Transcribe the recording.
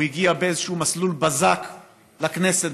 הוא הגיע באיזשהו מסלול בזק לכנסת,